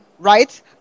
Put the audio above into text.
right